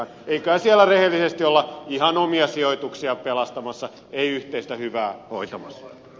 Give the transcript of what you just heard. eiköhän siellä rehellisesti olla ihan omia sijoituksia pelastamassa ei yhteistä hyvää hoitamassa